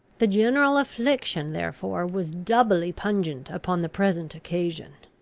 the general affliction, therefore, was doubly pungent upon the present occasion.